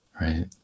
Right